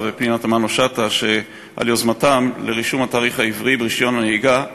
ופנינה תמנו-שטה על יוזמתם לרישום התאריך העברי ברישיון הנהיגה,